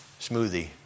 smoothie